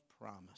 promise